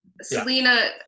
Selena